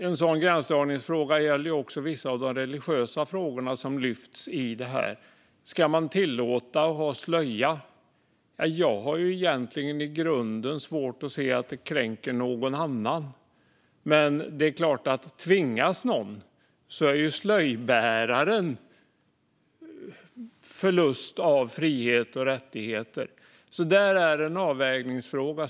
En sådan gränsdragningsfråga gäller också vissa av de religiösa frågor som lyfts här. Ska man tillåta bärandet av slöja? Jag har i grunden svårt att se att någon genom att bära slöja skulle kränka någon annan. Men det är klart att om någon tvingas till det är det ju en förlust av fri och rättigheter för slöjbäraren. Där är det en avvägningsfråga.